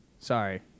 Sorry